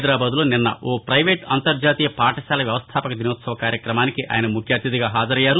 హైదరాబాదులో నిన్న ఓ పైవేట్ అంతర్జాతీయ పాఠశాల వ్యవస్థాపక దినోత్సవ కార్యక్రమానికి ఆయన ముఖ్య అతిధిగా హాజరయ్యారు